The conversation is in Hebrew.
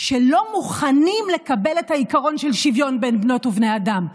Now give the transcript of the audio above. שלא מוכנים לקבל את העיקרון של שוויון בין בנות ובני אדם.